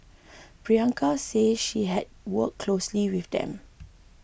Priyanka said she had worked closely with them